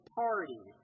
party